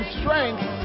strength